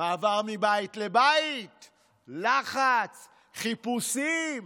מעבר מבית לבית, לחץ, חיפושים.